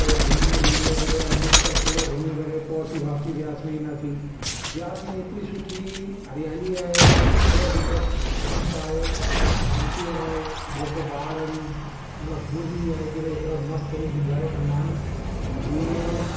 पोइ घुमंदे घुमंदे करे अमृतसर पूरो घुमी करे अची वापिसी ब्यास में ईंदा हुआसीं ब्यास में एतिरी सुठी हरियाली आहे एतिरो मतिलबु शांति आहे शांती आहे जेको ॿार आहिनि मतिलबु हू बि ही आहे की एतिरा मस्तु एंजोए कंदा आहिनि जीअं